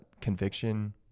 conviction